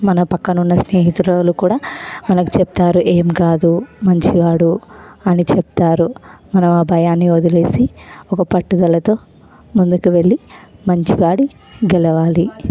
మన పక్కనున్న స్నేహితురాల్లు కూడా మనకి చెప్తారు ఏం కాదు మంచిగా ఆడు అని చెప్తారు మనం ఆ భయాన్ని వదిలేసి ఒక పట్టుదలతో ముందుకి వెళ్ళి మంచిగా ఆడి గెలవాలి